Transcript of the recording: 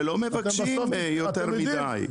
ולא מבקשים יותר מדי.